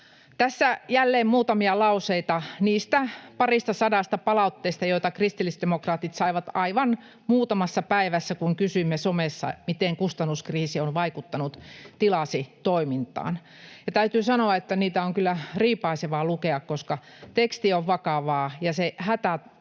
Tässä jälleen muutamia lauseita niistä paristasadasta palautteesta, joita kristillisdemokraatit saivat aivan muutamassa päivässä, kun kysyimme somessa, miten kustannuskriisi on vaikuttanut tilasi toimintaan. Täytyy sanoa, että niitä on kyllä riipaisevaa lukea, koska teksti on vakavaa ja hätä